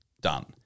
done